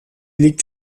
liegt